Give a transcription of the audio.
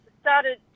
started